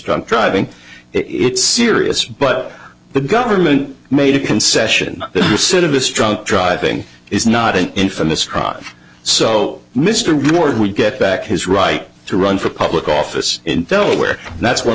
drunk driving it serious but the government made a concession recidivist drunk driving is not an infamous crime so mr woodward would get back his right to run for public office in delaware and that's one